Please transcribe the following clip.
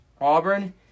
Auburn